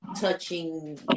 touching